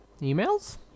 Emails